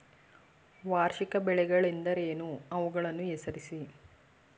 ವಾರ್ಷಿಕ ಬೆಳೆಗಳೆಂದರೇನು? ಅವುಗಳನ್ನು ಹೆಸರಿಸಿ?